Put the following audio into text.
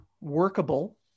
workable